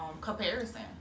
comparison